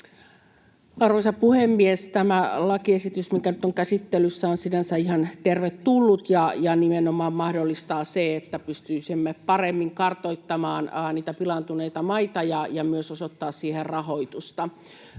Arvoisa puhemies! Tämä lakiesitys, mikä nyt on käsittelyssä, on sinänsä ihan tervetullut ja nimenomaan mahdollistaa sen, että pystyisimme paremmin kartoittamaan niitä pilaantuneita maita, ja myös osoittaa siihen rahoitusta.